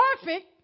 perfect